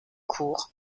court